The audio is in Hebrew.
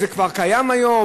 זה כבר קיים היום"